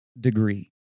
degree